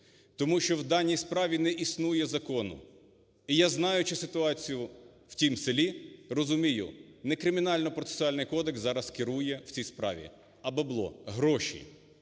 Тому що в даній справі не існує закону. І я, знаючи ситуацію в тім селі, розумію: не Кримінально-процесуальний кодекс зараз керує в цій справі, а "бабло", гроші.